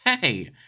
Hey